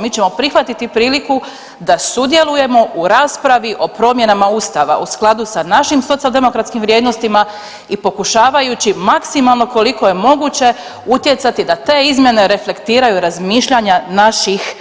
Mi ćemo prihvatiti priliku da sudjelujemo u raspravi o promjenama Ustavu u skladu sa našim socijaldemokratskim vrijednostima i pokušavajući maksimalno, koliko je moguće utjecati da te izmjene reflektiraju razmišljanja naših,